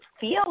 feel